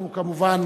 כמובן,